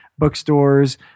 bookstores